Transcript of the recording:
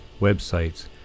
websites